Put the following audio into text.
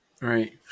Right